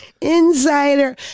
Insider